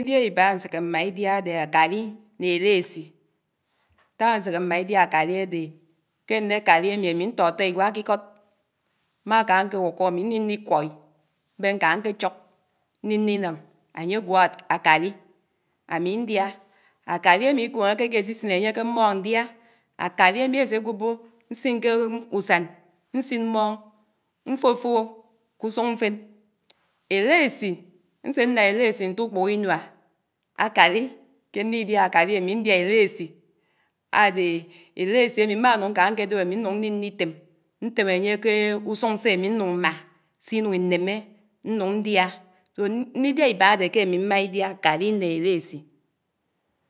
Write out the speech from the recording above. . n̄didiá ìbá nséké mmá ìdíá ádé ákáti nné élêsí, nták ánséké mmá ídía ákáli ádé ké ndé ákáli ámi ntótó ìgwá k'íkód, mmá ká ǹké wókó ámí nníní kwói mbén nká nké chók nníní nám ányégwó ákálí ámi ndiá. Ákáli ámi iḱẃeǹé ké ásisin ányé ké mmón ndiá, ákálí ámi ésé gwóbó nsin ke úseń nsin mmón, mfófòbò kùsùn mfén. Élési, nsé nlád élési nt'uŕpukó inuá ákáli ké nni diáhá ákáli ámi ndiá élési ádêhé élési ámi nmá nuń nká ǹkédéb ámi nun̄ nnìnì tém, ntém ányé k’ùsùn̄ sé ámi nnun̄ mmá sìnun̄ ìnémé nnun̄ ndiá, so nnidiá ìbádé ké ámi mmá ìdiá káli né élésì